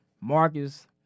Marcus